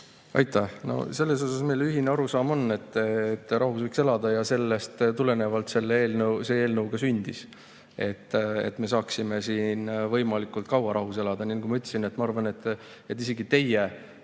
Aitäh! No selles on meil ühine arusaam, et rahus võiks elada, ja sellest tulenevalt see eelnõu ka sündis, et me saaksime siin võimalikult kaua rahus elada. Nagu ma ütlesin, ma arvan, et isegi teie,